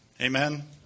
Amen